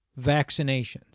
vaccinations